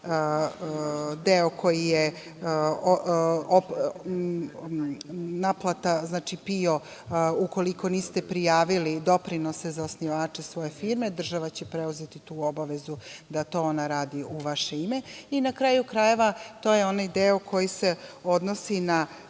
deo koji je naplata PIO, ukoliko niste prijavili doprinose za osnivače svoje firme, država će preuzeti tu obavezu da to ona radi u vaše ime i, na kraju krajeva, to je onaj deo koji se odnosi na